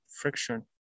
friction